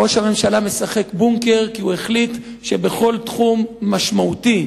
ראש הממשלה משחק "בונקר" כי הוא החליט שבכל תחום משמעותי,